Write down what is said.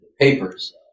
papers